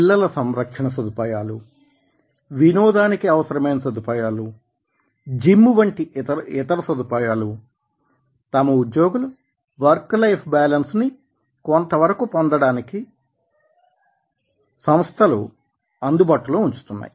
పిల్లల సంరక్షణ సదుపాయాలు వినోదానికి అవసరమైన సదుపాయాలు జిమ్ వంటి ఇతర సదుపాయాలు తమ ఉద్యోగులు వర్క్ లైఫ్ బ్యాలెన్స్ ని కొంతమేరకు పొందడానికి సంస్థలు అందుబాటులో ఉంచుతున్నాయి